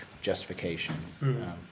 justification